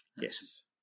yes